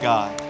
God